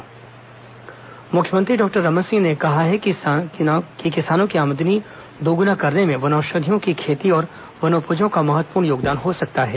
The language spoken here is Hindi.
वनोपज राष्ट्रीय कार्यशाला मुख्यमंत्री डॉक्टर रमन सिंह ने कहा है कि किसानों की आमदनी दोगुना करने में वनौषधियों की खेती और वनोपजों का महत्वपूर्ण योगदान हो सकता है